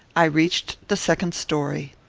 i reached the second story.